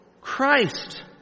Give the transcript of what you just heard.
Christ